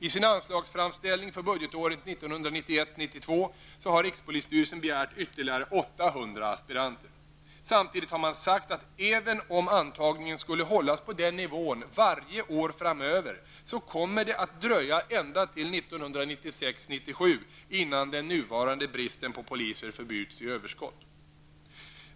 I sin anslagsframställning för budgetåret 1991 97.